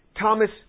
Thomas